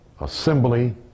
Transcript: assembly